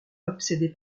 obsédé